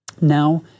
Now